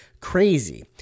Crazy